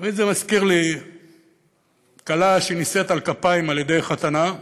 תמיד זה מזכיר לי כלה שנישאת על כפיים בידי חתנה,